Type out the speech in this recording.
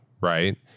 Right